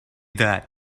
that